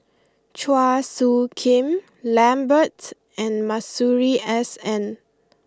Chua Soo Khim Lambert and Masuri S N